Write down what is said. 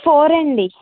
four అండి